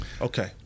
Okay